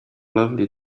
lovely